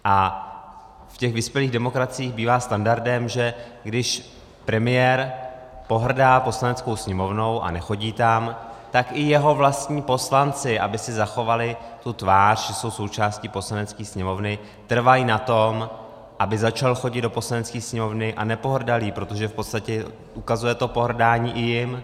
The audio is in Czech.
Ve vyspělých demokraciích bývá standardem, když premiér pohrdá Poslaneckou sněmovnou a nechodí tam, tak i jeho vlastní poslanci, aby si zachovali tvář, jsou součástí poslanecké sněmovny, trvají na tom, aby začal chodit do poslanecké sněmovny a nepohrdal jí, protože v podstatě ukazuje to pohrdání i jim.